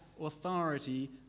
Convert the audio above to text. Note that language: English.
authority